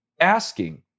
asking